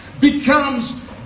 becomes